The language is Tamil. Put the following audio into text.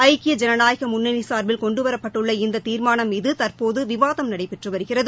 ஐக்கிய ஐனநாயக முன்னணி சார்பில் கொண்டுவரப்பட்டுள்ள இந்த தீர்மானம் மீது தற்போது விவாதம் நடைபெற்று வருகிறது